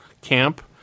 camp